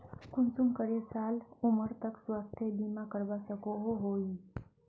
कुंसम करे साल उमर तक स्वास्थ्य बीमा करवा सकोहो ही?